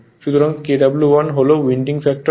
সুতরাং Kw1 হল winding factor